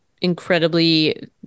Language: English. incredibly